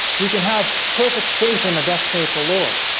we can have perfect faith in of thus saith the lord